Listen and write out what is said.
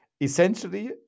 essentially